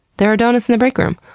there are donuts in the break room,